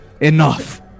enough